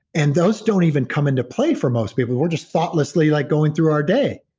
and those don't even come into play for most people. we're just thoughtlessly like going through our day,